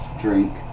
drink